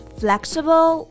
flexible